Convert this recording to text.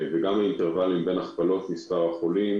וגם האינטרוולים בין הכפלות מספר החולים